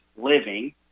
living